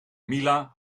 mila